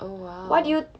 oh !wow!